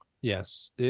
Yes